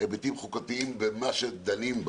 היבטים חוקתיים במה שדנים בה.